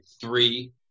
three